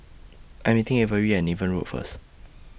I Am meeting Averi At Niven Road First